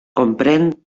comprèn